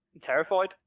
terrified